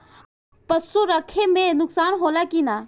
पशु रखे मे नुकसान होला कि न?